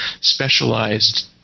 specialized